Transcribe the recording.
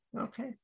Okay